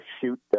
shoot